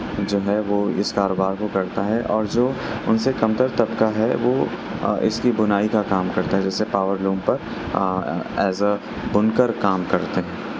جو ہے وہ اس کاروبار کو کرتا ہے اور جو ان سے کمتر طبقہ ہے وہ اس کی بنائی کا کام کرتا ہے جیسے پاور لوم پر ایز اے بنکر کام کرتے ہیں